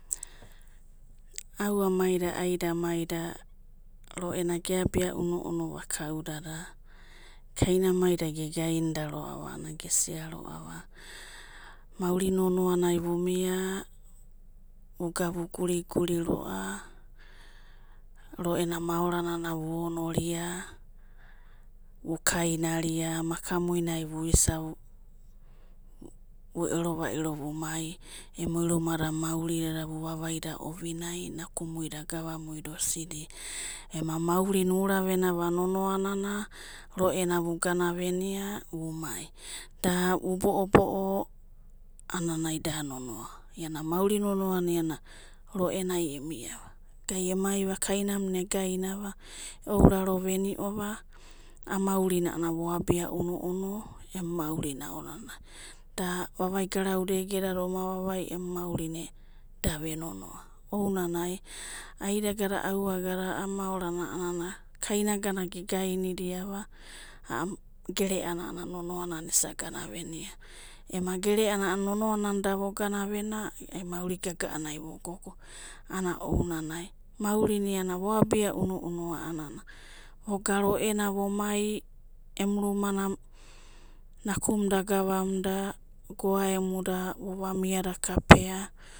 Auamaida, aidamaida, roe'na geabia unu'unuva kaudada, kainamaida ge gainida roava a'anana gesia roava, mauri nonoanai vu mia, vu ga vu guri guri roa, roe na maoronana onoria vu kainaria, makamuinai vuisana, vu ero vairo vu mai, emui rumada mauridada, vu vavai ouinai, nakaumuida, agavamuida osidi, ema maurina uravena nonoa'nana, roena vu gana venia vu mai, da vu bo'o bo'o, a'anana ai da nonoa, ia na mauri nonoana a'anana roenai emiava, gai emaiva kainamuna egainava e'ouraro veniova, a'a maurina voabia unu'unu emu maurina aonanai, da vavai garauda egeda oma vavai emu maurina da ve nonoa, ounanai, aidagada, auagada a'a maorana kainagada ge gainidava a'a gereana nonoa'anana isa ganavemia, ema gereana na nono'a nana da vo gana venia ai mauri gaga'anai vo gogo, ana'ounanai maurina ia'na vo abia unu'unu, a'anana vo ga roena vo mai, emu rumana na'kumda, agavamuda, goaemuda vo va miada kapea.